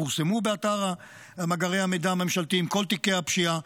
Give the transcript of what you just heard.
פורסמו במאגרי המידע הממשלתיים כל תיקי הפשיעה,